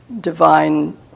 divine